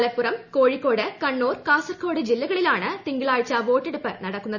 മലപ്പുറം കോഴിക്കോട് കണ്ണൂർ കാസർകോട് ജില്ലകളിലാണ് തിങ്കളാഴ്ച വോട്ടെടുപ്പ് നടക്കുന്നത്